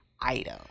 item